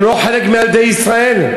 הם לא חלק מילדי ישראל?